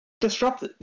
disrupt